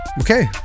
okay